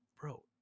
Bro